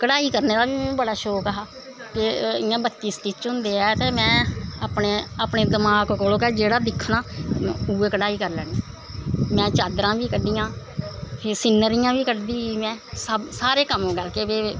कढ़ाई करनें दा बी मेरा शौक हा ते इयां बत्ती स्टिच होंदे ऐं ते में अपनें दमाक कोलों गै जेह्ड़ा दिक्खनां उऐ कढ़ाई करी लैनी में चाद्दरां बी कड्ढियां फिर सीनरियां बी कढदी ही में सारे कम्म करियै